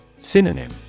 Synonym